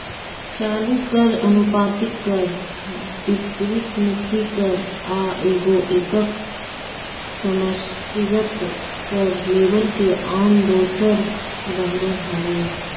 चालू कर, अनुपातिक कर, विपरितमुखी कर आ एगो एकक समष्टिगत कर लेबल के आन दोसर उदाहरण हइ